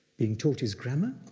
being taught his grammar,